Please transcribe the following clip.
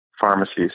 pharmacies